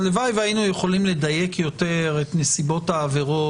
הלוואי והיינו יכולים לדייק יותר את נסיבות העבירות,